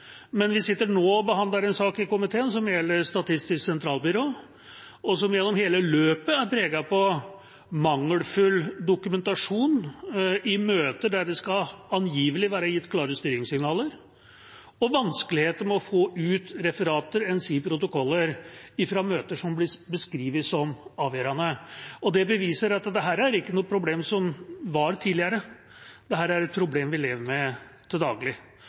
Men vi sitter nå og behandler en sak i komiteen som gjelder Statistisk sentralbyrå, og som gjennom hele løpet er preget av mangelfull dokumentasjon fra møter der det angivelig skal ha vært gitt klare styringssignaler, og vanskeligheter med å få ut referater, enn si protokoller, fra møter som blir beskrevet som avgjørende. Det beviser at dette ikke er noe problem som var tidligere; dette er et problem vi lever med til daglig.